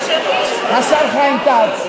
השר חיים כץ,